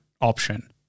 option